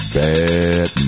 bad